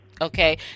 Okay